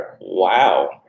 Wow